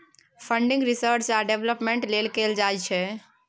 funding research आ development लेल कएल जाइ छै